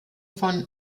von